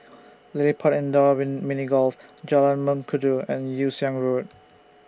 LilliPutt Indoor Mini Golf Jalan Mengkudu and Yew Siang Road